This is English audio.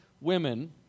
women